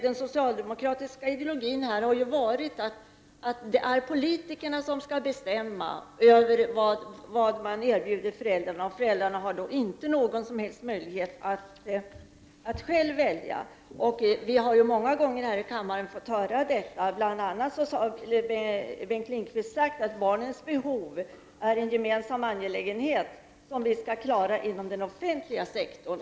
Den socialdemokratiska ideologin har gått ut på att det är politikerna som skall bestämma över vad föräldrarna skall erbjudas, och föräldrarna har inte haft någon som helst möjlighet att själva välja. Vi har många gånger fått höra detta här i kammaren. Bl.a. har Bengt Lindqvist sagt att barnens behov är en gemensam angelägenhet som vi skall klara av att tillfredsställa inom den offentliga sektorn.